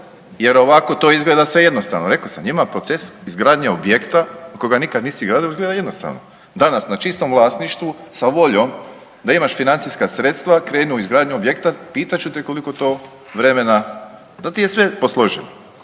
Jer ovako to izgleda sve jednostavno. Rekao sam ima proces izgradnje objekta kojega nikad nisi gradio izgleda jednostavno. Danas na čistom vlasništvu sa voljom da imaš financijska sredstva krenu u izgradnju objekta. Pitat ću te koliko to vremena, to ti je sve posloženo.